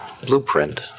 blueprint